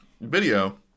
video